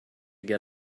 get